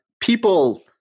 people